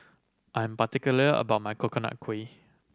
I'm particular about my Coconut Kuih